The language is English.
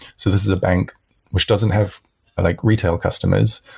so this is a bank which doesn't have like retail customers.